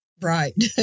Right